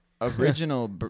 original